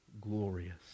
glorious